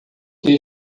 que